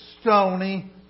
stony